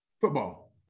football